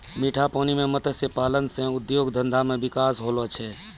मीठा पानी मे मत्स्य पालन से उद्योग धंधा मे बिकास होलो छै